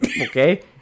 okay